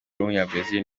w’umunyabrazil